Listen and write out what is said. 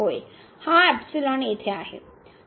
होय हा येथे आहे